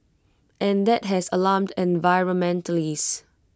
and that has alarmed environmentalists